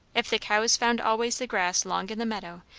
if the cows found always the grass long in the meadow,